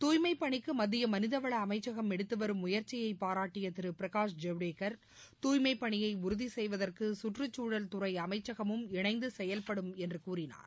துய்மைப் பணிக்கு மத்திய மனிவள அமைச்சகம் எடுத்து வரும் முயற்சியை பாராட்டிய திரு பிரகாஷ் ஜவ்டேகர் தூய்மைப் பணியை உறுதி செய்வதற்கு சுற்றுச்சூழல்துறை அமைச்சகமும் இணைந்து செயல்படும் என்று கூறினார்